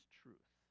truth